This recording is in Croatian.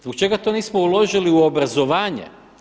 Zbog čega to nismo uložili u obrazovanje?